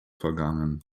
vergangen